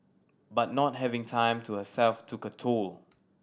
but not having time to herself took a toll